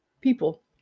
people